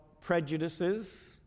prejudices